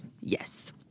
Yes